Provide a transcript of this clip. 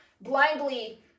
blindly